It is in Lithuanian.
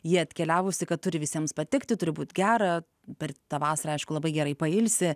ji atkeliavusi kad turi visiems patikti turi būti gera per tą vasarą aišku labai gerai pailsi